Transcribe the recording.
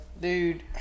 Dude